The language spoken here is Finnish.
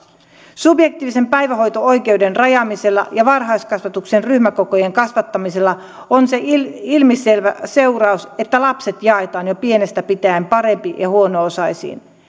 subjektiivisen päivähoito oikeuden rajaamisella ja varhaiskasvatuksen ryhmäkokojen kasvattamisella on se ilmiselvä seuraus että lapset jaetaan jo pienestä pitäen parempi ja huono osaisiin